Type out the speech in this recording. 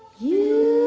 you